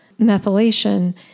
methylation